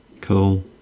Cool